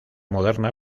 moderna